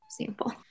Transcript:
sample